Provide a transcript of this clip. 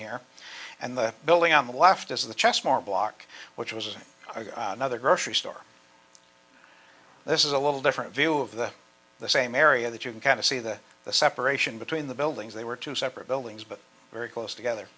here and the building on the left is the chest more block which was another grocery store this is a little different view of the the same area that you can kind of see the the separation between the buildings they were two separate buildings but very close together